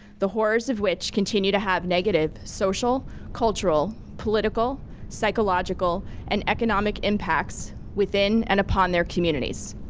the horrors of which continue to have negative social, cultural, political, psychological, and economic impacts within and upon their communities.